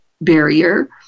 barrier